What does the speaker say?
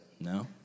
no